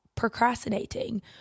procrastinating